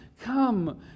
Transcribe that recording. come